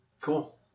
Cool